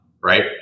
right